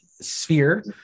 sphere